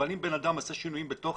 אבל אם בן אדם עשה שינויים בתוך